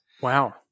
Wow